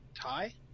tie